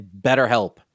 BetterHelp